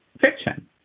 fiction